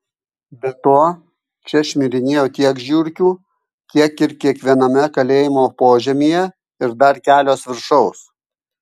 be to čia šmirinėjo tiek žiurkių kiek ir kiekviename kalėjimo požemyje ir dar kelios viršaus